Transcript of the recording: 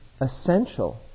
essential